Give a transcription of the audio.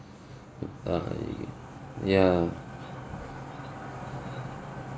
ah you can ya